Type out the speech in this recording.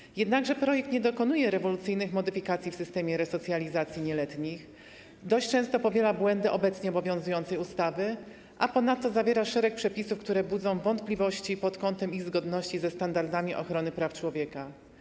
Projekt jednakże nie dokonuje rewolucyjnych modyfikacji w systemie resocjalizacji nieletnich, dość często powiela błędy obecnie obowiązującej ustawy, a ponadto zawiera szereg przepisów, które budzą wątpliwości pod kątem ich zgodności ze standardami ochrony praw człowiek.